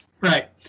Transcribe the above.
Right